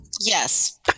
yes